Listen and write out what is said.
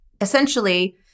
essentially